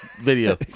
video